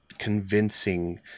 convincing